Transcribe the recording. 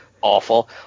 Awful